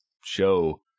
show